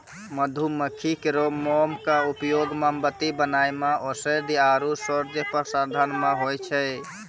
मधुमक्खी केरो मोम क उपयोग मोमबत्ती बनाय म औषधीय आरु सौंदर्य प्रसाधन म होय छै